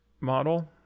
model